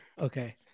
okay